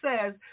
says